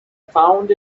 found